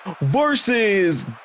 Versus